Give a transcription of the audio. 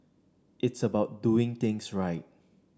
it's about doing things right